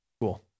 Cool